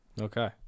Okay